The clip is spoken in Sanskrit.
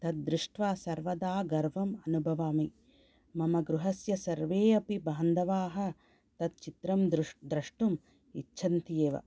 तदृष्ट्वा सर्वदा गर्वम् अनुभवामि मम गृहस्य सर्वे अपि बान्धवाः तच्चित्रं द्रष्टुं इच्छन्ति एव